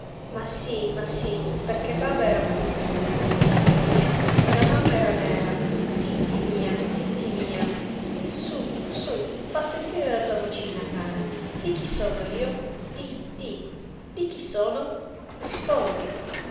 ma sí ma sí perché baba era bungiu titti mia se la mamma era nera titti mia titti mia sú sú fa sentire la tua vocina cara di chi sono io di di di chi sono rispondi